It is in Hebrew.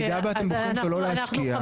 ובמידה ואתם בוחרים שלא להשקיע, זה לא מקובל.